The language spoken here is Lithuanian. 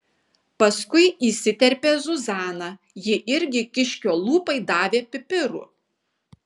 paskui įsiterpė zuzana ji irgi kiškio lūpai davė pipirų